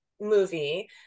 movie